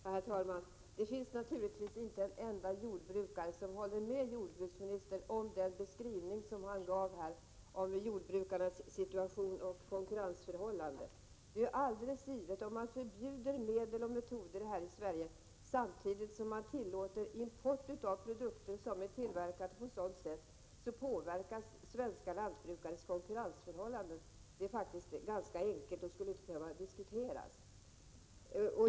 Herr talman! Det finns naturligtvis inte en enda jordbrukare som håller med jordbruksministern om den beskrivning som han gav här om jordbrukarnas situation och konkurrensförhållanden. Om man förbjuder medel och metoder här i Sverige samtidigt som man tillåter import av produkter som tillverkas på sådant sätt som är förbjudet här, så påverkas svenska lantbrukares konkurrensförhållanden. Det är enkelt att förstå och skulle inte behöva diskuteras.